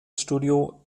studio